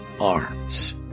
arms